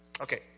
Okay